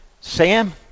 Sam